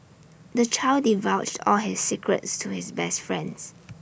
the child divulged all his secrets to his best friends